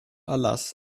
erlass